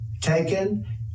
taken